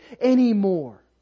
anymore